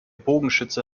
bogenschütze